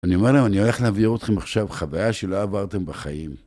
אני אומר להם, אני הולך להביא אותכם עכשיו חוויה שלא עברתם בחיים.